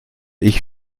ich